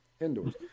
indoors